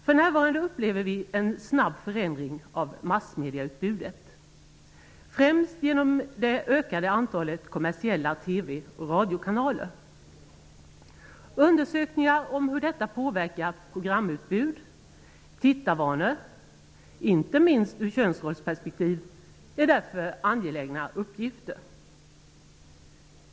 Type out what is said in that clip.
För närvarande upplever vi en snabb förändring av massmedieutbudet, främst genom det ökade antalet kommersiella TV och radiokanaler. Undersökningar om hur detta påverkar programutbud och tittarvanor, inte minst ur könsrollsperspektiv, är därför angelägna uppgifter.